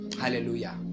Hallelujah